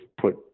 put